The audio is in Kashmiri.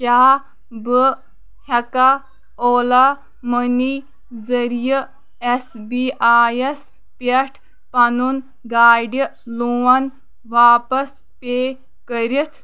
کیٛاہ بہٕ ہٮ۪کا اولا مٔنی ذٔریعہٕ ایٚس بی آی یَس پٮ۪ٹھ پَنُن گاڑِ لون واپس پے کٔرِتھ